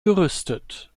gerüstet